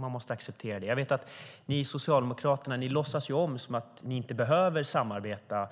Man måste acceptera det. Jag vet att ni i Socialdemokraterna låtsas som att ni inte behöver samarbeta